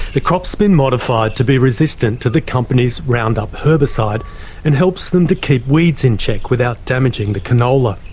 the crop's been modified to be resistant to the company's roundup herbicide and allows so them to keep weeds in check without damaging the canola.